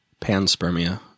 panspermia